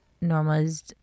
Norma's